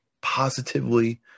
positively